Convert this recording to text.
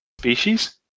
Species